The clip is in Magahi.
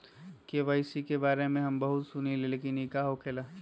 के.वाई.सी के बारे में हम बहुत सुनीले लेकिन इ का होखेला?